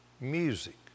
music